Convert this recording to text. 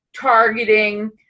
targeting